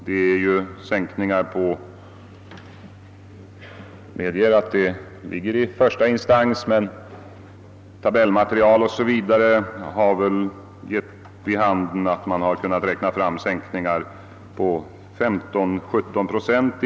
Jag medger att dessa ärenden ännu ligger i första instans, men tabellmaterial o. s. v. har givit till resultat att det i vissa fall varit fråga om sänkningar på 15—17 procent.